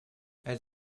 elle